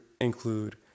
include